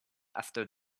after